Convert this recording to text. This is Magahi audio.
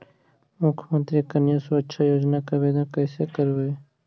मुख्यमंत्री कन्या सुरक्षा योजना के आवेदन कैसे करबइ?